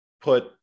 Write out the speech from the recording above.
put